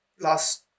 last